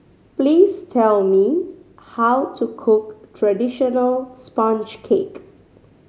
please tell me how to cook traditional sponge cake